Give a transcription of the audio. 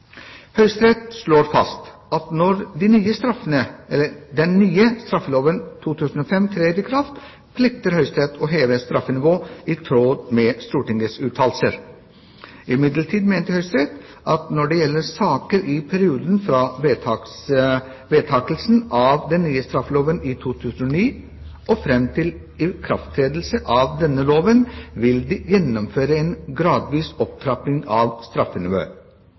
Høyesterett slår fast at når den nye straffeloven 2005 trer i kraft, plikter Høyesterett å heve straffenivået i tråd med Stortingets uttalelser. Imidlertid mente Høyesterett at når det gjelder saker i perioden fra vedtakelsen av den nye straffeloven i 2009 og fram til ikrafttredelse av denne loven, vil de gjennomføre en gradvis opptrapping av straffenivået.